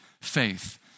faith